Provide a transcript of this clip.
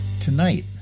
tonight